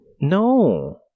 no